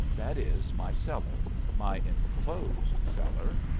that is, my cellar, my enclosed cellar,